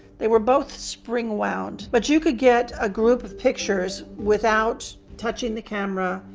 they were both spring wound, but you could get a group of pictures without touching the camera,